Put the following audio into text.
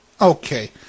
Okay